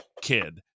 kid